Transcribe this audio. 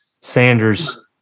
sanders